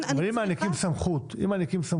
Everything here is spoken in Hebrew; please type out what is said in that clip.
אם מעניקים סמכות?